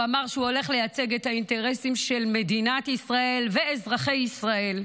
הוא אמר שהוא הולך לייצג את האינטרסים של מדינת ישראל ואזרחי ישראל,